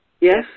Yes